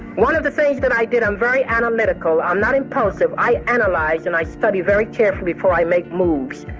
one of the things that i did, i'm very analytical. i'm not impulsive. i analyze, and i study very carefully before i make moves.